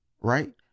Right